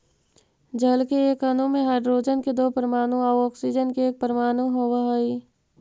जल के एक अणु में हाइड्रोजन के दो परमाणु आउ ऑक्सीजन के एक परमाणु होवऽ हई